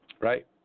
right